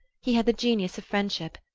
he had the genius of friendship,